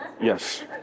Yes